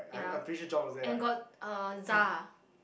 yeah and got uh Za